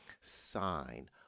sign